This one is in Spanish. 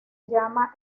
llama